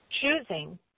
choosing